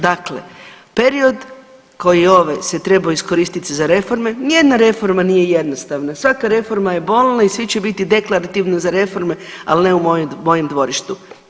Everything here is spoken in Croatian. Dakle period koji ove se trebao iskoristit za reforme, nijedna reforma nije jednostavna, svaka reforma je bolna i svi će biti deklaritivno za reforme, ali ne u mojem dvorištu.